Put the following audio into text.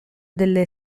delle